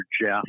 Jeff